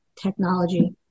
technology